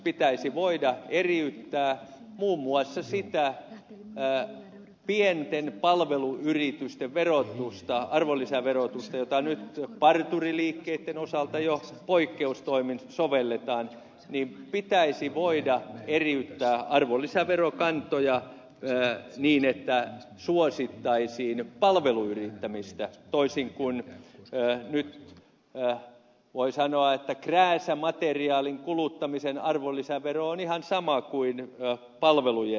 pitäisi voida eriyttää muun muassa sitä pienten palveluyritysten arvonlisäverotusta jota nyt parturiliikkeitten osalta jo poikkeustoimin sovelletaan eli pitäisi voida eriyttää arvonlisäverokantoja niin että suosittaisiin palveluyrittämistä toisin kuin nyt voi sanoa että krääsämateriaalin kuluttamisen arvonlisävero on ihan sama kuin palvelujen arvonlisävero